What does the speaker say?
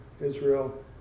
Israel